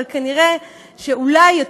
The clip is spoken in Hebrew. אבל כנראה אולי יותר